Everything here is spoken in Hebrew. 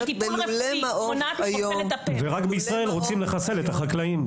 רק בישראל רוצים לחסל את החקלאים.